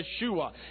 Yeshua